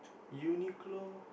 Uniqlo